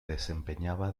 desempeñaba